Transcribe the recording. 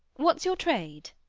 what's your trade?